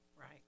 Right